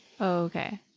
Okay